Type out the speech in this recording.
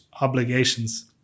obligations